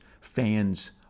fans